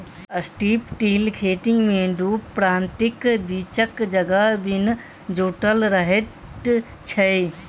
strip till खेती मे दू पाँतीक बीचक जगह बिन जोतल रहैत छै